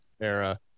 era